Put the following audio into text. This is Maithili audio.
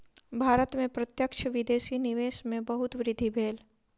भारत में प्रत्यक्ष विदेशी निवेश में बहुत वृद्धि भेल